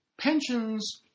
Pensions